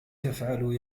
تفعل